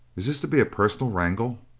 is this to be a personal wrangle?